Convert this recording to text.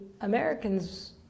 Americans